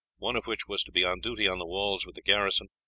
one of which was to be on duty on the walls with the garrison,